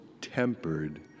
tempered